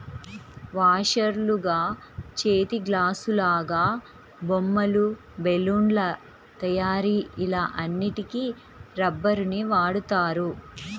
వాషర్లుగా, చేతిగ్లాసులాగా, బొమ్మలు, బెలూన్ల తయారీ ఇలా అన్నిటికి రబ్బరుని వాడుతారు